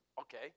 Okay